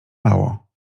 mało